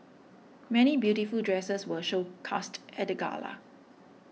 many beautiful dresses were showcased at the gala